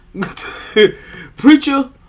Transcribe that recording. Preacher